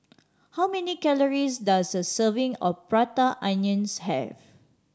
how many calories does a serving of Prata Onion have